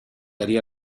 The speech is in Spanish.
haría